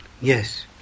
yes